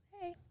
hey